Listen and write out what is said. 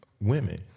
women